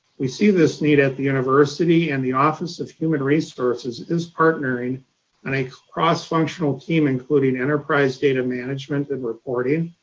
we see this need at the university. and the office of human resources is partnering on a cross-functional team including enterprise, data management and reporting,